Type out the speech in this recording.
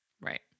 Right